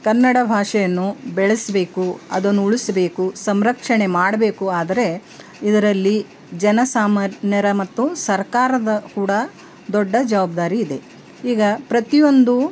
ಕನ್ನಡ ಭಾಷೆಯನ್ನು ಬೆಳೆಸಬೇಕು ಅದನ್ನು ಉಳಿಸಬೇಕು ಸಂರಕ್ಷಣೆ ಮಾಡಬೇಕು ಆದರೆ ಇದರಲ್ಲಿ ಜನಸಾಮಾನ್ಯರ ಮತ್ತು ಸರ್ಕಾರದ ಕೂಡ ದೊಡ್ಡ ಜವಾಬ್ದಾರಿ ಇದೆ ಈಗ ಪ್ರತಿಯೊಂದು